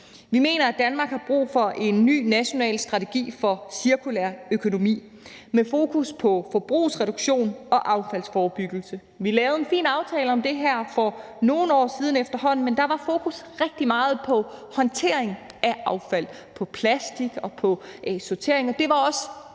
Vi mener, at Danmark har brug for en ny national strategi for cirkulær økonomi med fokus på forbrugsreduktion og affaldsforebyggelse. Vi lavede en fin aftale om det her for nogle år siden efterhånden, men der var fokus rigtig meget på håndtering af affald, på plastik og på sortering.